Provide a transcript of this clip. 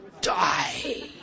Die